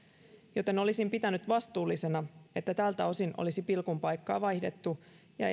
joten olisin pitänyt vastuullisena että tältä osin olisi pilkun paikkaa vaihdettu ja